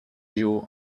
you